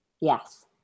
yes